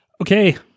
Okay